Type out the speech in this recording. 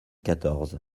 quatorze